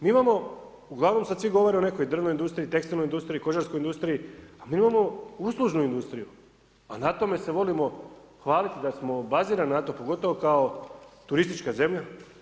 Mi imamo, uglavnom svi govore o nekoj drvnoj industriji, tekstilnoj industriji, kožarskoj industriji, a mi imamo uslužnu industriju, a na tome se volimo hvaliti da smo bazirani na to, pogotovo kao turistička zemlja.